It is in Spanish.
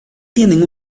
tienen